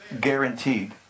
Guaranteed